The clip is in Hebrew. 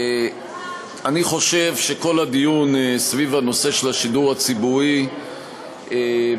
אני חושב שכל הדיון סביב הנושא של השידור הציבורי במידה